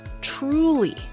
truly